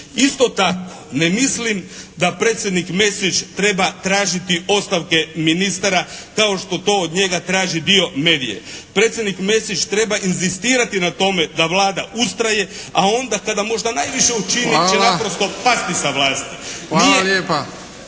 Isto tako, ne mislim da predsjednik Mesić treba tražiti ostavke ministara kao što to od njega traži dio medija. Predsjednik Mesić treba inzistirati na tome da Vlada ustraje, a onda tada možda najviše učini će naprosto pasti sa vlasti.